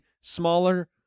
smaller